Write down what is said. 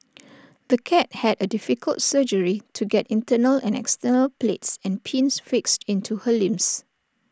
the cat had A difficult surgery to get internal and external plates and pins fixed into her limbs